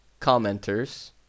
commenters